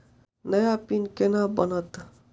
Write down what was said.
नया पिन केना बनत?